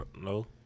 No